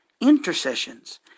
intercessions